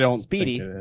speedy